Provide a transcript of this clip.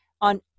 on